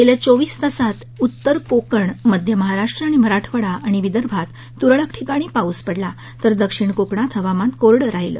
गेल्या चोवीस तासांत उत्तर कोकण मध्य महाराष्ट्र आणि मराठवाडा आणि विदर्भात तुरळक ठिकाणी पाऊस पडला तर दक्षि ण कोकणात हवामान कोरडं राहिलं